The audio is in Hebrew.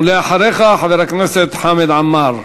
ואחריך, חבר הכנסת חמד עמאר.